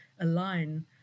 align